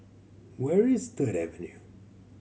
where is Third Avenue